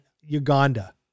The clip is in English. Uganda